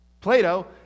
Plato